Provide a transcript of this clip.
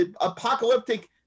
apocalyptic